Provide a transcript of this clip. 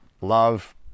love